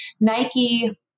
Nike